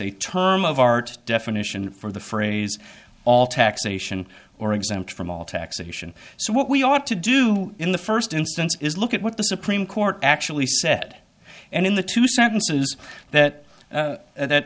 a term of art definition for the phrase all taxation or exempt from all taxation so what we ought to do in the first instance is look at what the supreme court actually said and in the two sentences that that